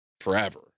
forever